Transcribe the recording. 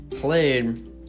played